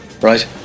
Right